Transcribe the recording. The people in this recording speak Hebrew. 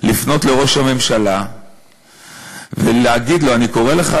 לפנות לראש הממשלה ולהגיד לו: "אני קורא לך,